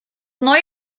neue